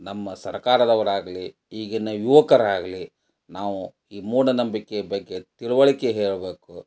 ನಮ್ಮ ಸರಕಾರದವರಾಗಲಿ ಈಗಿನ ಯುವಕರಾಗಲಿ ನಾವು ಈ ಮೂಢನಂಬಿಕೆ ಬಗ್ಗೆ ತಿಳಿವಳ್ಕೆ ಹೇಳಬೇಕು